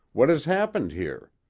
what has happened here.